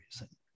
reason